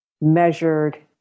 measured